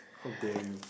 how dare you